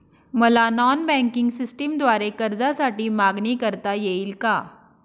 मला non banking सिस्टमद्वारे कर्जासाठी मागणी करता येईल का?